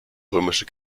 römische